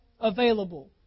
available